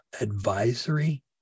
advisory